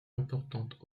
importantes